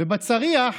ובצריח